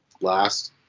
last